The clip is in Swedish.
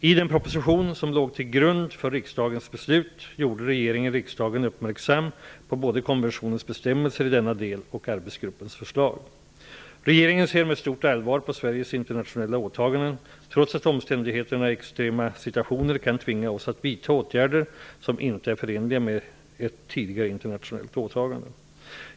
I den proposition som låg till grund för riksdagens beslut gjorde regeringen riksdagen uppmärksam på både konventionens bestämmelser i denna del och arbetsgruppens förslag. Regeringen ser med stort allvar på Sveriges internationella åtagande, trots att omständigheterna i extrema situationer kan tvinga oss att vidta åtgärder som inte är förenliga med ett tidigare internationellt åtagande.